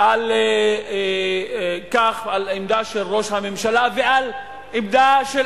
על העמדה של ראש הממשלה ועל העמדה של